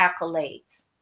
accolades